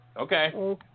Okay